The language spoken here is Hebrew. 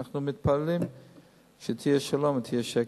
אנחנו מתפללים שיהיה שלום ויהיה שקט.